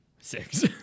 Six